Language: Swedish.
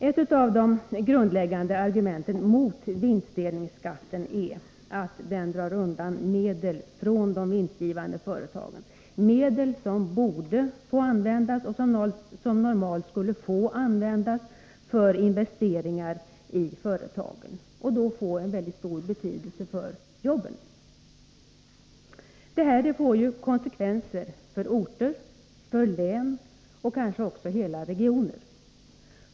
Ett av de grundläggande argumenten mot vinstdelningsskatten är att den drar undan medel från de vinstgivande företagen, medel som borde få användas och normalt skulle få användas för investeringar i företag och som skulle få en mycket stor betydelse för jobben. Detta får konsekvenser för orter, län och kanske också för hela regioner.